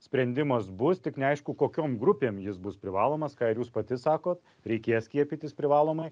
sprendimas bus tik neaišku kokiom grupėm jis bus privalomas ką jūs pati sakot reikės skiepytis privalomai